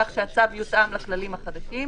כך שהצו יותאם לכללים החדשים.